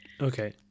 Okay